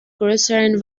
größeren